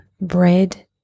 bread